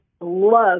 love